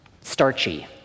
starchy